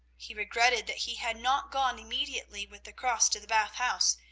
he regretted that he had not gone immediately with the cross to the bath house,